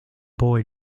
boy